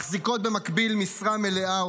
מחזיקות במקביל משרה מלאה,